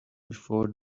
before